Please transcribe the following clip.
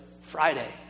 Friday